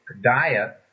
diet